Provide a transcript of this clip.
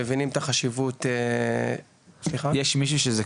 מבינים את החשיבות --- יש מישהו שזה